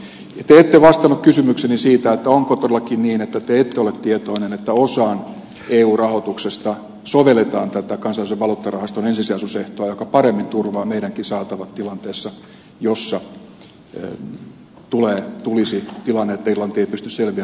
te ette vastannut kysymykseeni onko todellakin niin että te ette ole tietoinen siitä että osaan eu rahoituksesta sovelletaan tätä kansainvälisen valuuttarahaston ensisijaisuusehtoa joka paremmin turvaa meidänkin saatavat tilanteessa jossa irlanti ei pysty selviämään vaatimuksista